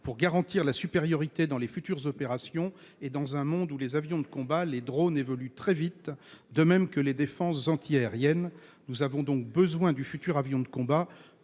-pour garantir leur supériorité dans les futures opérations et dans un monde où les avions de combat et les drones évoluent très vite, de même que les défenses antiaériennes. Pour la continuité de la